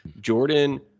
Jordan